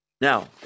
Now